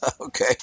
okay